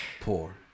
Poor